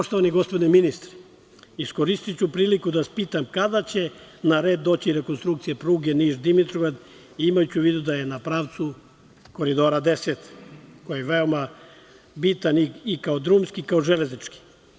Poštovani gospodine ministre, iskoristiću priliku da vas pitam kada će na red doći rekonstrukcija pruge Niš – Dimitrovgrad, imajući u vidu da je na pravcu Koridora 10, koji je veoma bitan i kao drumski saobraćaj i kao železnički?